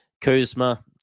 Kuzma